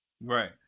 Right